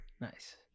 Nice